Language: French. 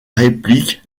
réplique